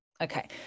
Okay